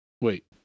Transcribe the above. Wait